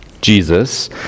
Jesus